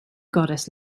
goddess